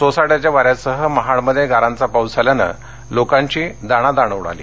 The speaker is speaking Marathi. सोसाट्याच्या वारयासह महाडमध्ये गारांचा पाऊस झाल्यानं लोकांची दाणादाण उडाली